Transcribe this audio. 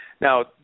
Now